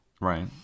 right